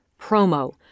promo